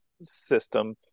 system